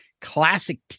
classic